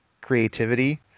creativity